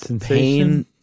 pain